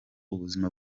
ubuzima